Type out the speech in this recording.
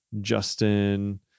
Justin